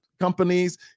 companies